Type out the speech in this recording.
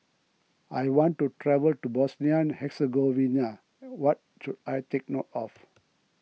I want to travel to Bosnia Herzegovina what should I take note of